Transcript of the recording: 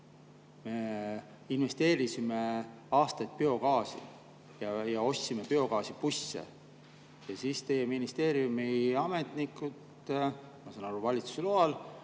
Me investeerisime aastaid biogaasi ja ostsime biogaasibusse ja siis teie ministeeriumi ametnikud, ma saan aru, valitsuse loal,